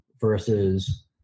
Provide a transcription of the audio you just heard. versus